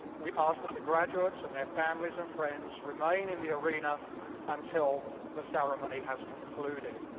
we ask that the graduates and their families and friends remain in the arena until the ceremony has concluded.